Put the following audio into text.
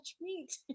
meat